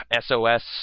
SOS